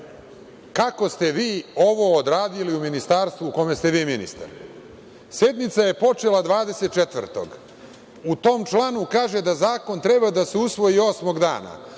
kako ste vi ovo odradili u ministarstvu u kome ste vi ministar. Sednica je počela 24. i u tom članu kaže da zakon treba da se usvoji osmog dana.